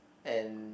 and